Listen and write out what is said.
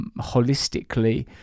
holistically